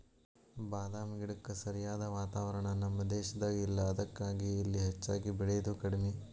ಬಾದಾಮ ಗಿಡಕ್ಕ ಸರಿಯಾದ ವಾತಾವರಣ ನಮ್ಮ ದೇಶದಾಗ ಇಲ್ಲಾ ಅದಕ್ಕಾಗಿ ಇಲ್ಲಿ ಹೆಚ್ಚಾಗಿ ಬೇಳಿದು ಕಡ್ಮಿ